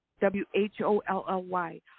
W-H-O-L-L-Y